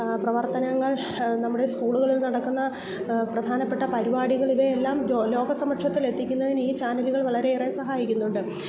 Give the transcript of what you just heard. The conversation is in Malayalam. പ്രവർത്തനങ്ങൾ നമ്മുടെ സ്കൂളുകളിൽ നടക്കുന്ന പ്രധാനപ്പെട്ട പരിപാടികൾ ഇവയെല്ലാം ലോക സമക്ഷത്തിലെത്തിക്കുന്നതിന് ഈ ചാനലുകൾ വളരെയേറെ സഹായിക്കുന്നുണ്ട്